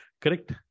Correct